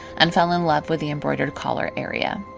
and fell in love with the embroidered collar area.